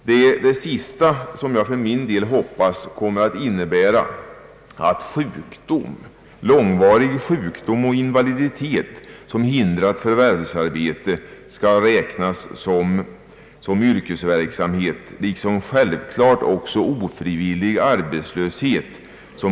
Det är det sista som jag för min del hoppas kan innebära att långvarig sjukdom och invaliditet som hindrat förvärvsarbete skall räknas som yrkesverksamhet liksom självklart också ofrivillig arbetslöshet.